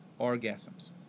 orgasms